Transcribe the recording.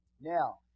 Now